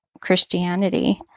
Christianity